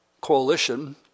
Coalition